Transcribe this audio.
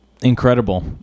incredible